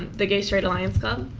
and the gay straight alliance club.